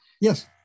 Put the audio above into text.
Yes